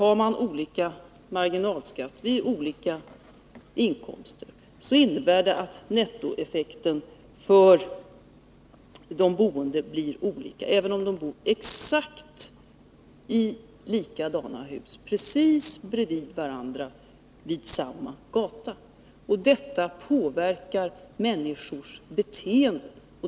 Har man olika marginalskatt vid olika inkomster, innebär det att nettoeffekten för de boende blir olika, även om de bor i exakt likadana hus precis bredvid varandra vid samma gata. Detta påverkar människors beteende.